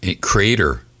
creator